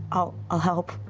i'll i'll help,